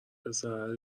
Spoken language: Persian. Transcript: پسره